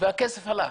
והכסף הלך.